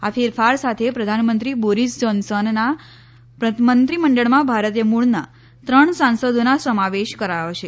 આ ફેરફાર સાથે પ્રધાનમંત્રી બોરીસ જોન્સનના મંત્રીમંડળમાં ભારતીય મૂળના ત્રણ સાંસદોનો સમાવેશ કરાયો છે